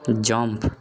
jump